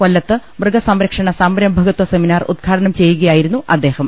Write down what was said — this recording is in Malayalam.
കൊല്ലത്ത് മൃഗസംരക്ഷണ സംരംഭകത്ത സെമിനാർ ഉദ്ഘാടനം ചെയ്യുകയായിരുന്നു അദ്ദേഹം